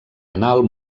anal